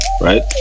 right